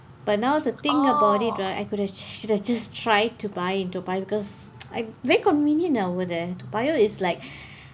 but now to think about it right I could have just should have just try to buy in toa payoh because I very convenient ah over there toa payoh is like